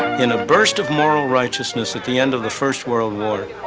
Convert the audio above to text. in a burst of moral righteousness at the end of the first world war,